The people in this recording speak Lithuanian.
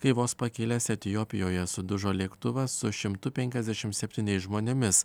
kai vos pakilęs etiopijoje sudužo lėktuvas su šimtu penkiasdešimt septyniais žmonėmis